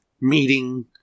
meeting